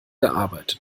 gearbeitet